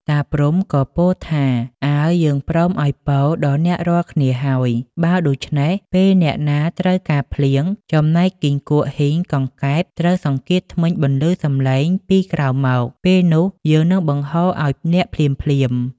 តាព្រហ្មក៏ពោលថា “អើ! យើងព្រមឱ្យពរដល់អ្នករាល់គ្នាហើយ បើដូច្នេះពេលណាអ្នកត្រូវការភ្លៀង ចំណែកគីង្គក់ហ៊ីង កង្កែបត្រូវសង្កៀតធ្មេញ បន្លឺ សំឡេងពីក្រោមមក ពេលនោះ យើងនឹងបង្គួរឱ្យអ្នកភ្លាមៗ” ។